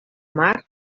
mar